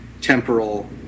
temporal